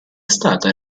stata